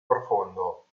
profondo